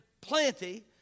plenty